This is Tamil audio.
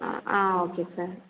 ஆ ஆ ஓகே சார்